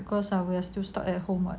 because ah we're still stuck at home